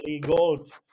gold